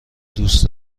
دوست